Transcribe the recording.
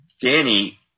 Danny